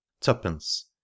tuppence